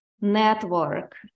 network